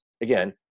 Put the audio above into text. again